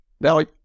Now